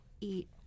eat